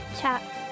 Chat